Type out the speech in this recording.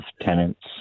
tenants